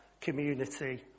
community